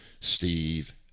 Steve